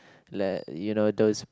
let you know those